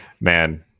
man